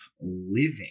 living